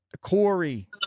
Corey